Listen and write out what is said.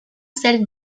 celle